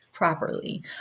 Properly